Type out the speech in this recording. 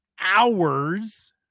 hours